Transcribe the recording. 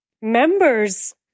members